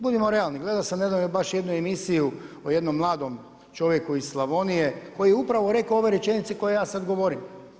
Budimo realni, gledao sam nedavno baš jednu emisiju o jednom mladom čovjeku iz Slavonije, koji je upravo rekao ove rečenice koje ja sad govorim.